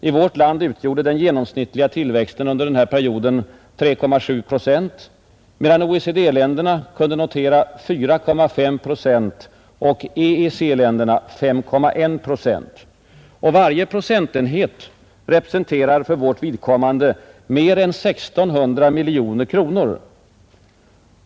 I vårt land utgjorde den genomsnittliga tillväxten under den här perioden 3,7 procent, medan OECD-länderna kunde notera 4,5 procent och EEC-länderna 5,1 procent. Varje procentenhet representerar för vårt vidkommande mer än 1 600 miljoner kronor.